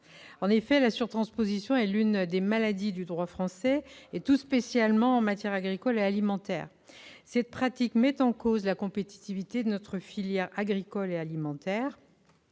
En effet, la surtransposition est l'une des maladies du droit français, ... Tout à fait !... tout spécialement en matière agricole et alimentaire. Cette pratique met en cause la compétitivité de nos filières agricoles et alimentaires.